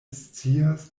scias